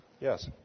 Yes